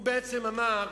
הוא בעצם אמר: